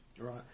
Right